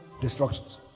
destructions